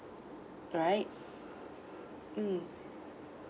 right mm